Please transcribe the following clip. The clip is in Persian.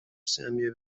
سهمیه